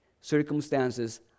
circumstances